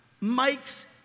Mike's